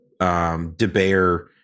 debayer